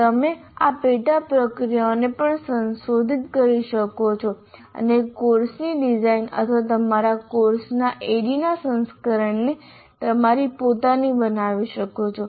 તમે આ પેટા પ્રક્રિયાઓને પણ સંશોધિત કરી શકો છો અને કોર્સની ડિઝાઇન અથવા તમારા કોર્સના ADDIE સંસ્કરણને તમારી પોતાની બનાવી શકો છો